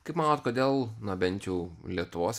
kaip manot kodėl na bent jau lietuvos